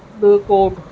backward